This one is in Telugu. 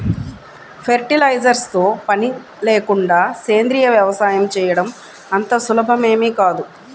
ఫెర్టిలైజర్స్ తో పని లేకుండా సేంద్రీయ వ్యవసాయం చేయడం అంత సులభమేమీ కాదు